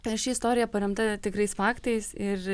tai ši istorija paremta tikrais faktais ir